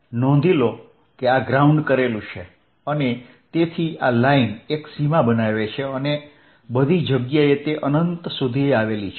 નોંધ લો કે આ ગ્રાઉન્ડ કરેલ છે અને તેથી આ લાઈન એક સીમા બનાવે છે અને બધી જગ્યાએ તે અનંત સુધી આવેલી છે